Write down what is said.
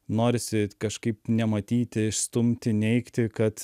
norisi kažkaip nematyti išstumti neigti kad